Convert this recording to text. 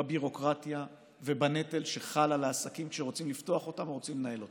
בביורוקרטיה ובנטל שחל על העסקים שרוצים לפתוח אותם או רוצים לנהל אותם.